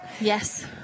yes